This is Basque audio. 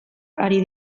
ari